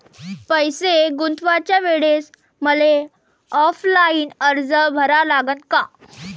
पैसे गुंतवाच्या वेळेसं मले ऑफलाईन अर्ज भरा लागन का?